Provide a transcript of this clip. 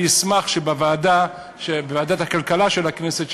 אני אשמח שבוועדת הכלכלה של הכנסת,